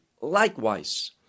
likewise